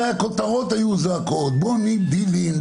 הרי הכותרות היו זועקות בונים דילים,